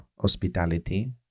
hospitality